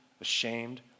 ashamed